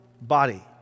body